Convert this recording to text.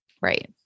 Right